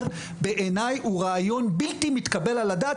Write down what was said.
הוא בעיני רעיון בלתי מתקבל על הדעת.